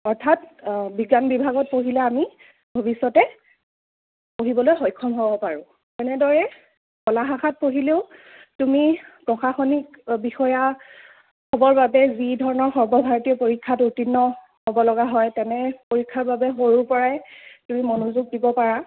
অৰ্থাৎ বিজ্ঞান বিভাগত পঢ়িলে আমি ভৱিষ্যতে পঢ়িবলৈ সক্ষম হ'ব পাৰোঁ তেনেদৰে কলা শাখাত পঢ়িলেও তুমি প্ৰশাসনিক বিষয়া হ'বৰ বাবে যি ধৰণৰ সৰ্বভাৰতীয় পৰীক্ষাত উত্তীৰ্ণ হ'ব লগা হয় তেনে পৰীক্ষাৰ বাবে সৰুৰে পৰাই তুমি মনোযোগ দিব পাৰা